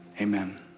Amen